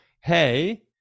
Hey